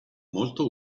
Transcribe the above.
molto